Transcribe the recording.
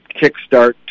kickstart